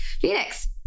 Phoenix